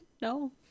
No